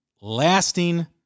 lasting